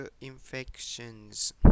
Infections